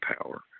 power